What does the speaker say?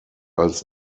als